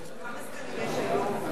כמה סגנים יש היום,